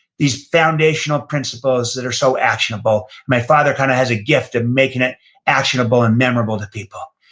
these foundational principles that are so actionable. my father kind of has a gift of making it actionable and memorable to people.